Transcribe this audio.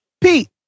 Pete